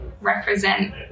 represent